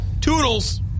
Toodles